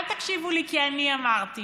אל תקשיבו לי כי אני אמרתי,